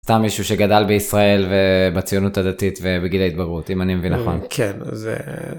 אתה מישהו שגדל בישראל ובציונות הדתית ובגיל ההתבגרות אם אני מבין.